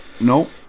no